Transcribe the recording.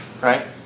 Right